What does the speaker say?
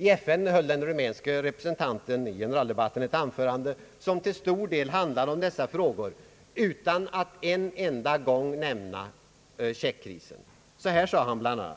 I FN höll den rumänske representanten i generaldebatten ett anförande som till stor del handlade om dessa frågor utan att en enda gång nämna tjeckkrisen. Han sade bl.a.: